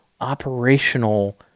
operational